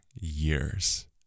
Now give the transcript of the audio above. years